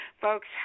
Folks